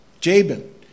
Jabin